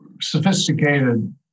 sophisticated